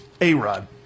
A-Rod